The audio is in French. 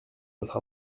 votre